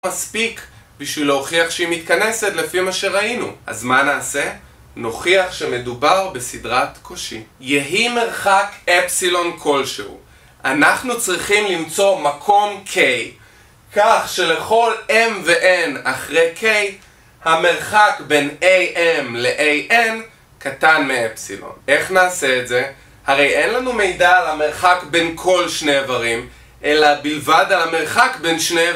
מספיק בשביל להוכיח שהיא מתכנסת לפי מה שראינו אז מה נעשה? נוכיח שמדובר בסדרת קושי יהי מרחק Epsilon כלשהו אנחנו צריכים למצוא מקום K כך שלכל M וN אחרי K המרחק בין AM ל-AN קטן מ-Epsilon איך נעשה את זה? הרי אין לנו מידע על המרחק בין כל שני איברים אלא בלבד על המרחק בין שני איברים